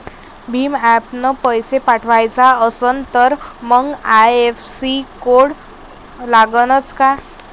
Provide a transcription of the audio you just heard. भीम ॲपनं पैसे पाठवायचा असन तर मंग आय.एफ.एस.सी कोड लागनच काय?